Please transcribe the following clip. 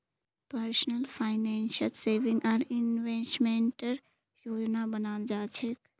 personal फाइनेंसत saving आर इन्वेस्टमेंटेर योजना बनाल जा छेक